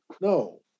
no